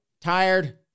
tired